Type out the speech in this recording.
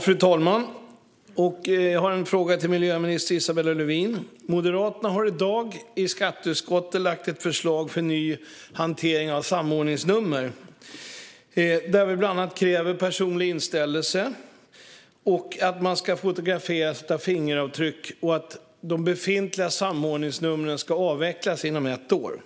Fru talman! Jag har en fråga till miljöminister Isabella Lövin. Moderaterna har i dag i skatteutskottet lagt fram ett förslag för ny hantering av samordningsnummer, där vi bland annat kräver personlig inställelse och att man ska fotograferas och lämna fingeravtryck. Vi kräver också att de befintliga samordningsnumren ska avvecklas inom ett år.